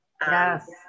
Yes